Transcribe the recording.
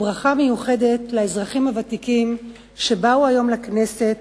וברכה מיוחדת לאזרחים הוותיקים שבאו היום לכנסת,